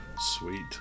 Sweet